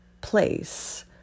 place